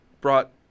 brought